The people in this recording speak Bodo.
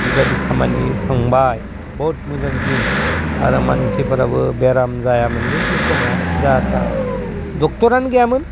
बेबायदि खामानि थांबाय बहुद मोजां दिन आरो मानसिफोराबो बेराम जायामोनलै बे समाव जाहा थाहा दगथरानो गैयामोन